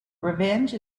revenge